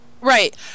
Right